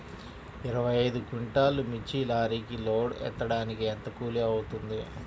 ఇరవై ఐదు క్వింటాల్లు మిర్చి లారీకి లోడ్ ఎత్తడానికి ఎంత కూలి అవుతుంది?